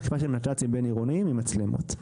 אכיפה של נת"צים בין-עירוניים עם מצלמות.